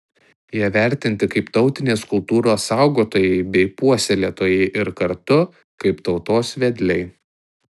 jie vertinti kaip tautinės kultūros saugotojai bei puoselėtojai ir kartu kaip tautos vedliai